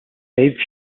save